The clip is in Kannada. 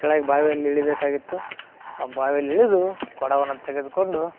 ಕೆಳಗೆ ಬಾವಿಯಲ್ಲಿ ಇಳಿಬೇಕಾಗಿತ್ತು ಆ ಬಾವಿಯಲ್ಲಿ ಇಳಿದು ಕೊಡವನ್ನು ತೆಗೆದುಕೊಂಡು